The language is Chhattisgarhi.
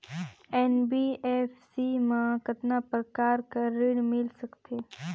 एन.बी.एफ.सी मा कतना प्रकार कर ऋण मिल सकथे?